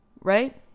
right